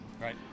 Right